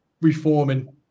reforming